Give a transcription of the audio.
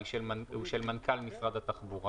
וסליחה,